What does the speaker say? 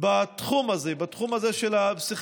בתחום הזה, בתחום של הפסיכיאטריה.